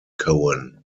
coen